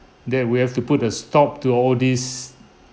that we have to put a stop to all this